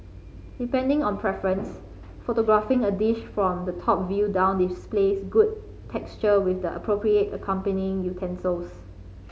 depending on preference photographing a dish from the top view down displays good texture with the appropriate accompanying utensils